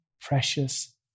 precious